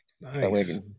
nice